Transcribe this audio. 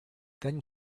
then